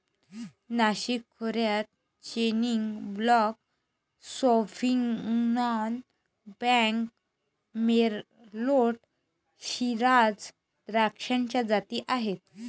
नाशिक खोऱ्यात chenin blanc, sauvignon blanc, merlot, shiraz द्राक्षाच्या जाती आहेत